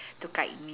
to guide me